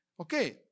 okay